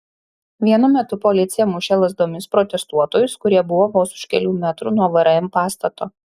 vienu metu policija mušė lazdomis protestuotojus kurie buvo vos už kelių metrų nuo vrm pastato